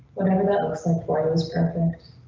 whatever that looks like. why was perfect?